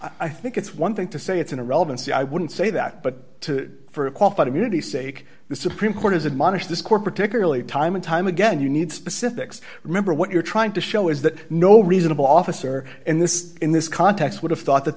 i think it's one thing to say it's an irrelevancy i wouldn't say that but for a qualified immunity sake the supreme court has admonished the score particularly time and time again you need specifics remember what you're trying to show is that no reasonable officer in this in this context would have thought that